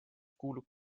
kuulub